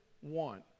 one